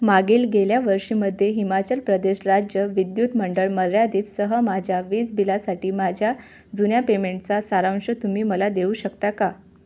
मागील गेल्या वर्षामध्ये हिमाचल प्रदेश राज्य विद्युत मंडळ मर्यादीतसह माझ्या वीज बिलासाठी माझ्या जुन्या पेमेंटचा सारांश तुम्ही मला देऊ शकता का